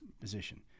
position